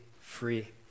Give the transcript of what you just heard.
free